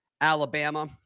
Alabama